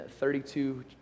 32